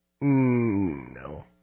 No